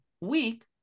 week